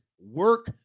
work